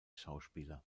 schauspieler